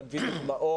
אני מביא דוגמאות.